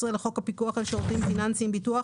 לחוק הפיקוח על שירותים פיננסיים (ביטוח),